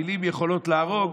מילים יכולות להרוג,